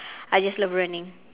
I just love running